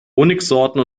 honigsorten